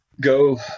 go